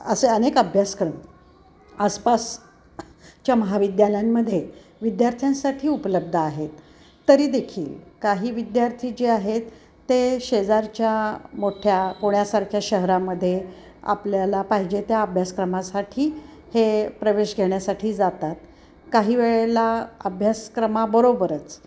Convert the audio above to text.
असे अनेक अभ्यासक्रम आसपास च्या महाविद्यालयांमध्ये विद्यार्थ्यांसाठी उपलब्ध आहेत तरी देखील काही विद्यार्थी जे आहेत ते शेजारच्या मोठ्या पुण्यासारख्या शहरामध्ये आपल्याला पाहिजे त्या अभ्यासक्रमासाठी हे प्रवेश घेण्यासाठी जातात काही वेळेला अभ्यासक्रमाबरोबरच